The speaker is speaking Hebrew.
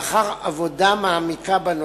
לאחר עבודה מעמיקה בנושא.